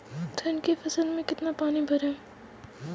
धान की फसल में कितना पानी भरें?